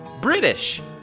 British